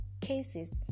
cases